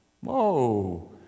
Whoa